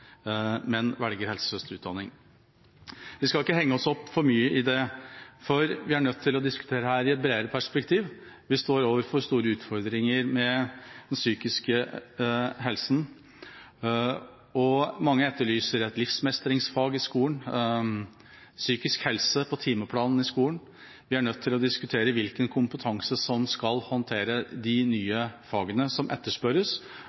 velger helsesøsterutdanning. Vi skal ikke henge oss for mye opp i det, for vi er nødt til å diskutere dette i et bredere perspektiv. Vi står overfor store utfordringer innen psykisk helsevern, og mange etterlyser et livsmestringsfag i skolen og å ha psykisk helse på timeplanen i skolen. Vi er nødt til å diskutere hvilken kompetanse som skal håndtere de nye fagene som etterspørres